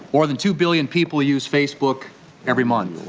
more than two billion people use facebook every month.